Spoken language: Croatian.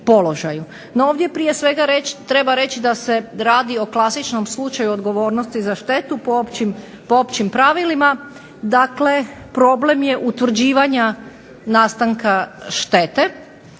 No, ovdje prije svega treba reći da se radi o klasičnom slučaju odgovornosti za štetu po općim pravilima. Dakle, problem je utvrđivanja nastanka štete.